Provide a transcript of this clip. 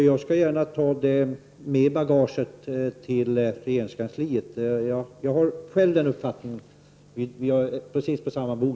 Jag skall gärna ta det med i bagaget till regeringskansliet. Jag är själv av samma uppfattning. Där är vi på precis samma bog.